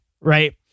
right